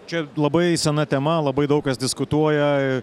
čia labai sena tema labai daug kas diskutuoja